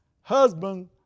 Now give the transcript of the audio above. Husband